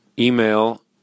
Email